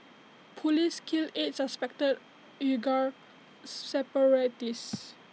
Police kill eight suspected Uighur separatists